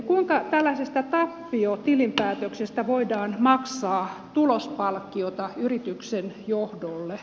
kuinka tällaisesta tappiotilinpäätöksestä voidaan maksaa tulospalkkiota yrityksen johdolle